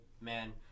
man